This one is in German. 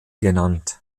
genannt